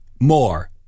More